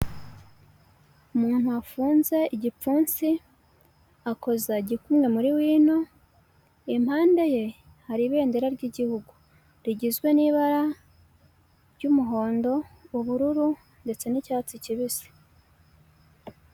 Umuntu wafunze igipfunsi akoza gikumwe muri wino, impande ye hari ibendera ry'igihugu, rigizwe n'ibara ry'umuhondo ubururu ndetse n'icyatsi kibisi.